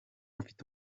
mfite